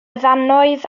ddannoedd